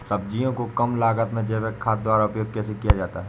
सब्जियों को कम लागत में जैविक खाद द्वारा उपयोग कैसे किया जाता है?